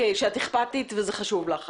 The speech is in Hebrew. אכפתית וזה חשוב לך.